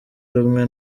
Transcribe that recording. rumwe